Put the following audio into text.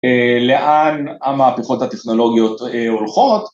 לאן המהפכות הטכנולוגיות הולכות.